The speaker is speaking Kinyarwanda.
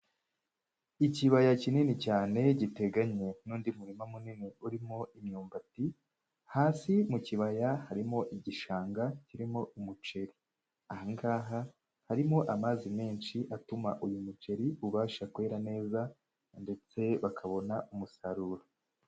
Ikibaya kinini cyane giteganye n'undi murima munini urimo imyumbati, hasi mu kibaya harimo igishanga kirimo umuceri. Aha ngaha harimo amazi menshi atuma uyu muceri ubasha kwera neza ndetse bakabona umusaruro.